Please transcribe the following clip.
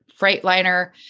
freightliner